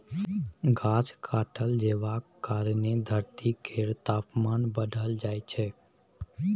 गाछ काटल जेबाक कारणेँ धरती केर तापमान बढ़ल जाइ छै